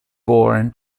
born